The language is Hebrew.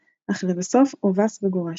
אך לבסוף הובס וגורש.